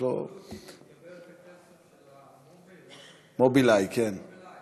יש לו, לקבל את הכסף של, "מובילאיי", כן.